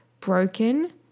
broken